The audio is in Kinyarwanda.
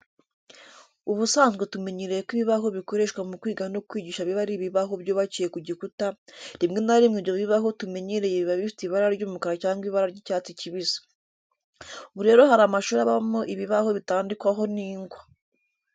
Ubusanzwe tumenyereye ko ibibaho bikoreshwa mu kwiga no kwigisha biba ari ibibaho byubakiye ku gikuta, rimwe na rimwe ibyo bibaho tumenyereye biba bifite ibara ry'umukara cyangwa ibara ry'icyatsi kibisi. Ubu rero hari amashuri abamo ibibaho bitandikwaho n'ingwa.